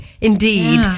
indeed